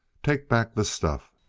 take back the stuff!